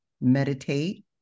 meditate